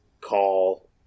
call